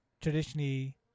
traditionally